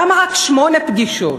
למה רק שמונה פגישות?